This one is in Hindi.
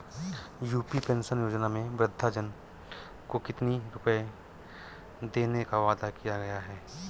यू.पी पेंशन योजना में वृद्धजन को कितनी रूपये देने का वादा किया गया है?